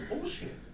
bullshit